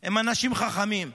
הם אנשים חכמים.